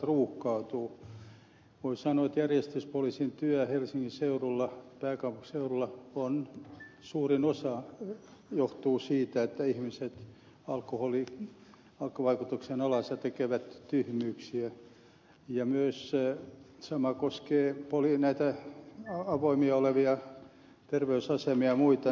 voi sanoa että järjestyspoliisin työstä helsingin seudulla pääkaupunkiseudulla suurin osa johtuu siitä että ihmiset alkoholin vaikutuksen alaisena tekevät tyhmyyksiä ja sama koskee myös näitä avoinna olevia terveysasemia ja muita